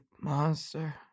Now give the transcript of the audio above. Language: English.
monster